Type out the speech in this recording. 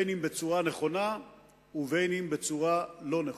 אם בצורה נכונה ואם בצורה לא נכונה.